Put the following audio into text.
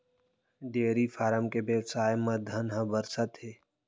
dairy farm के बेवसाय म धन ह बरसत हे